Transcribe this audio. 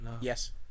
Yes